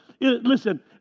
Listen